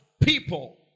people